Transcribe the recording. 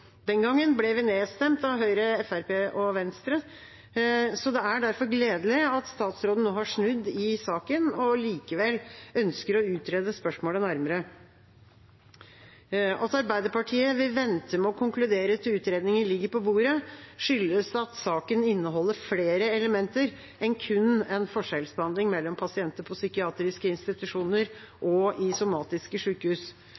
Den gangen ble vi nedstemt av Høyre, Fremskrittspartiet og Venstre. Det er derfor gledelig at statsråden nå har snudd i saken og likevel ønsker å utrede spørsmålet nærmere. At Arbeiderpartiet vil vente med å konkludere til utredningen ligger på bordet, skyldes at saken inneholder flere elementer enn kun en forskjellsbehandling mellom pasienter på psykiatriske institusjoner